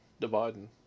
dividing